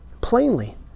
plainly